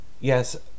Yes